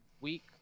week